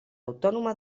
autònoma